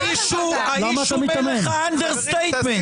האיש אומר לך אנדרסטייטמנט.